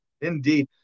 Indeed